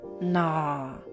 Nah